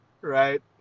Right